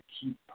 keep